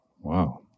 Wow